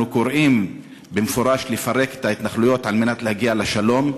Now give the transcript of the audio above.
קוראים במפורש לפרק את ההתנחלויות על מנת להגיע לשלום.